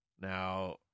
Now